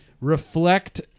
reflect